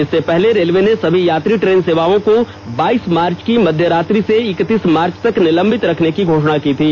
इससे पहले रेलवे ने सभी यात्री ट्रेन सेवाओं को बाईस मार्च की मध्य रात्रि से इकतीस मार्च तक निलंबित रखने की घोषणा की थी